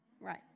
Right